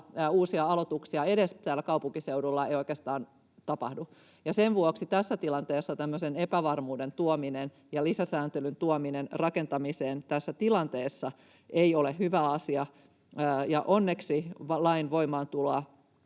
Uusia aloituksia edes täällä pääkaupunkiseudulla ei oikeastaan tapahdu, ja sen vuoksi tämmöisen epävarmuuden ja lisäsääntelyn tuominen rakentamiseen tässä tilanteessa ei ole hyvä asia. Onneksi lain voimaantuloa